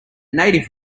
native